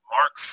Mark